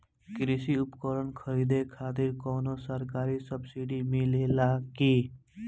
कृषी उपकरण खरीदे खातिर कउनो सरकारी सब्सीडी मिलेला की?